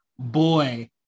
Boy